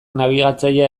nabigatzailea